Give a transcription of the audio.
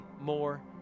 more